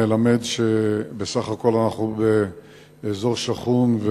מלמד שבסך הכול אנחנו באזור שחון,